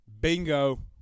Bingo